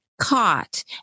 caught